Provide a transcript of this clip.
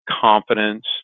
confidence